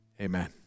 Amen